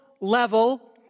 level